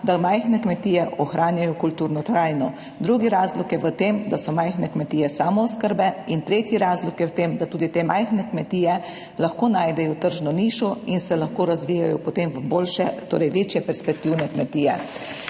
da majhne kmetije ohranjajo kulturno krajino, drugi razlog je v tem, da so majhne kmetije samooskrbe, in tretji razlog je v tem, da tudi te majhne kmetije lahko najdejo tržno nišo in se lahko razvijejo potem v boljše, torej večje, perspektivne kmetije.